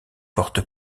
porte